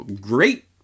great